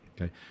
Okay